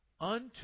unto